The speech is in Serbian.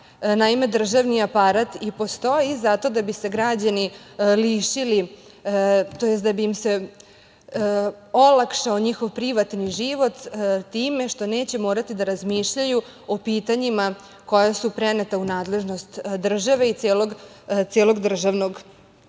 Naime, državni aparat i postoji zato da bi se građani lišili, tj. da bi im se olakšao njihov privatni život time što neće morati da razmišljaju o pitanjima koja su preneta u nadležnost države i celog državnog